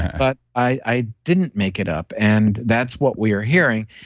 but i didn't make it up and that's what we are hearing.